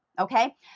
okay